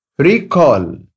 Recall